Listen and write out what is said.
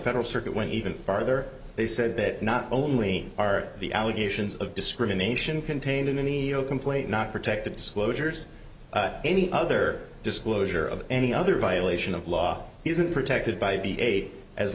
federal circuit went even farther they said that not only are the allegations of discrimination contained in any oh complaint not protected disclosures any other disclosure of any other violation of law isn't protected by b